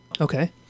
Okay